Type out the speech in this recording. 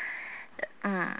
mm